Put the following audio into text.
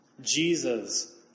Jesus